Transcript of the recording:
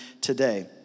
today